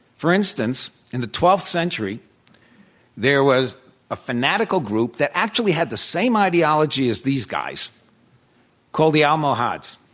for instance, in the twelfth century there was a fanatical group that actually had the same ideology as these guys called the almohads.